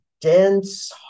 dense